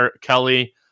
Kelly